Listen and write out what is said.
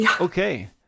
okay